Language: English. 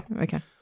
Okay